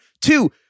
Two